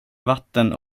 vatten